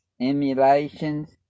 emulations